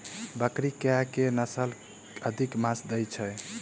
बकरी केँ के नस्ल अधिक मांस दैय छैय?